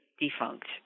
defunct